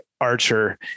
archer